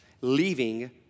leaving